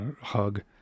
hug